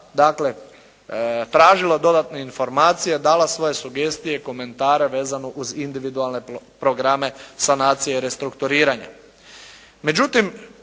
tražila dodatne informacije, dala svoje sugestije i komentare vezano uz individualne programe sanacije i restrukturiranja.